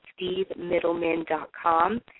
SteveMiddleman.com